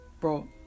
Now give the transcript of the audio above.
bro